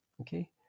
Okay